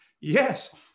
Yes